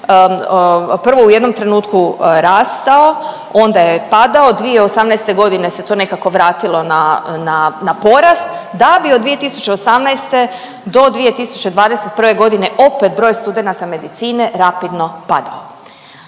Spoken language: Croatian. prvo u jednom trenutku rastao, onda je padao, 2018.g. se to nekako vratilo na porast, da bi od 2018. do 2021.g. opet broj studenata medicine rapidno padao.